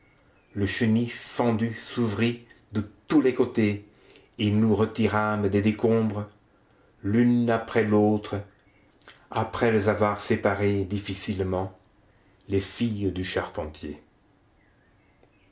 le chenil fendu s'entr'ouvrit de tous les côtés et nous retirâmes des décombres l'une après l'autre après les avoir séparées difficilement les filles du charpentier